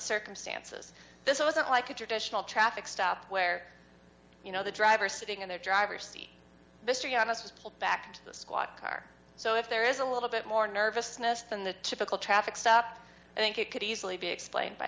circumstances this wasn't like a traditional traffic stop where you know the driver sitting in the driver's seat mystery on us was pulled back to the squad car so if there is a little bit more nervousness than the typical traffic stop i think it could easily be explained by